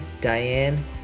Diane